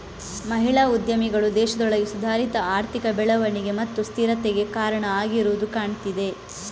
ಮಹಿಳಾ ಉದ್ಯಮಿಗಳು ದೇಶದೊಳಗೆ ಸುಧಾರಿತ ಆರ್ಥಿಕ ಬೆಳವಣಿಗೆ ಮತ್ತು ಸ್ಥಿರತೆಗೆ ಕಾರಣ ಆಗಿರುದು ಕಾಣ್ತಿದೆ